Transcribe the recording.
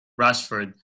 Rashford